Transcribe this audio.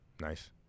Nice